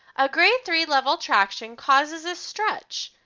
a grade-three level traction causes a stretch.